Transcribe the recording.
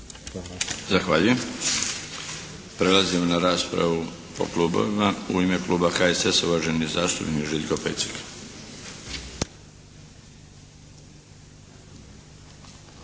Zahvaljujem. Prelazimo na raspravu po klubovima. U ime kluba HSS-a, uvaženi zastupnik Željko Pecek.